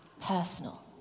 personal